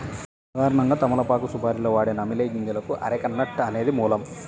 సాధారణంగా తమలపాకు సుపారీలో వాడే నమిలే గింజలకు అరెక నట్ అనేది మూలం